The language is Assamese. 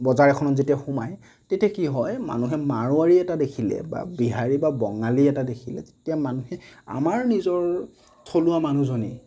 বজাৰ এখনত যেতিয়া সোমাই তেতিয়া কি হয় মানুহে মাৰোৱাৰী এটা দেখিলে বা বিহাৰী বা বঙালী এটা দেখিলে তেতিয়া মানুহে আমাৰ নিজৰ থলুৱা মানুহজনে